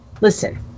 listen